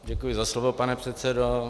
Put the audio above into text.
Děkuji za slovo, pane předsedo.